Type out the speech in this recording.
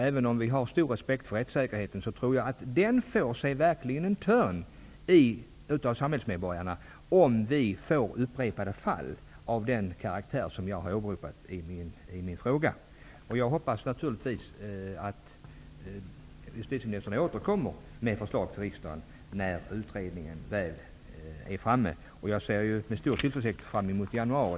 Även om vi har respekt för rättssäkerheten, får denna sig verkligen en törn inför samhällsmedborgarna, om det blir upprepade fall av den karaktär som jag tog upp i min fråga. Jag hoppas naturligtvis att justitieministern återkommer med ett förslag till riksdagen när utredningen väl är färdig. Jag ser med stor tillförsikt fram emot januari.